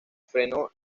frenó